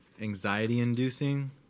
anxiety-inducing